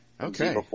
Okay